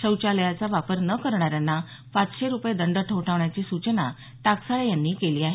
शौचालयाचा वापर न करणाऱ्यांना पाचशे रुपये दंड ठोठावण्याची सूचना टाकसाळे यांनी केली आहे